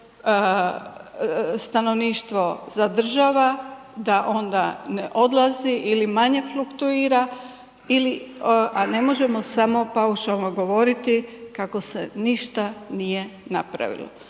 se stanovništvo zadržava, da ona ne odlazi ili manje fluktuira ili ne možemo samo paušalno govoriti kako se ništa nije napravilo.